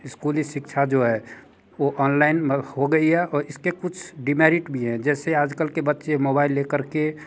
स्कूली शिक्षा जो है वो ऑनलाइन हो गई है और इसके कुछ डिमेरिट भी है जैसे आजकल के बच्चे मोबाइल लेकर के